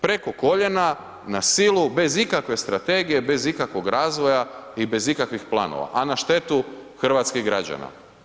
Preko koljena, na silu, bez ikakve strategije, bez ikakvog razvoja i bez ikakvih planova, a na štetu hrvatskih građana.